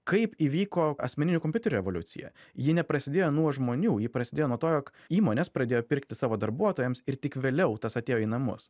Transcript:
kaip įvyko asmeninių kompiuterių revoliucija ji neprasidėjo nuo žmonių ji prasidėjo nuo to jog įmonės pradėjo pirkti savo darbuotojams ir tik vėliau tas atėjo į namus